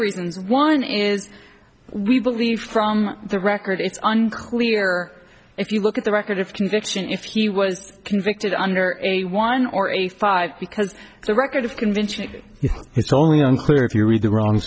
reasons one is we believe from the record it's unclear if you look at the record of conviction if he was convicted under a one or a five because it's a record of convention it's only unclear if you read the wrong